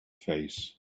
face